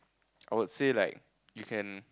I would say like if can